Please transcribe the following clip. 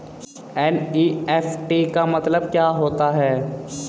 NEFT का मतलब क्या होता है?